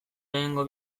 lehenengo